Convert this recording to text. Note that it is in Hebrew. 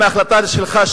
עם ההחלטה שלך,